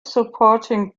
supporting